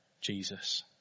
Jesus